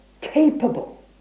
capable